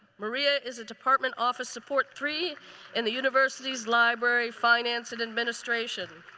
maria is a department office support three in the university's library finance and administration.